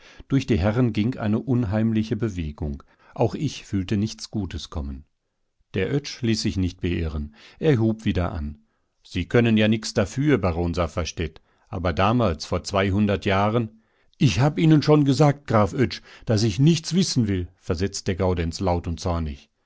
durch die herren ging eine unheimliche bewegung auch ich fühlte nichts gutes kommen der oetsch ließ sich nicht beirren er hub wieder an sie können ja jetzt nix dafür baron safferstätt aber damals vor zweihundert jahren ich hab ihnen schon gesagt graf oetsch daß ich nichts wissen will versetzt der gaudenz laut und zornig